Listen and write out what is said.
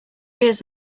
ears